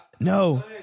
No